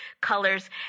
colors